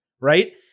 Right